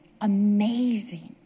amazing